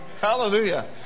hallelujah